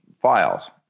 files